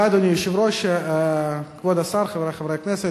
אדוני היושב-ראש, כבוד השר, חברי חברי הכנסת,